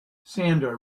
sandra